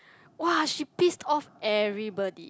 !wah! she pissed off everybody